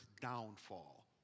downfall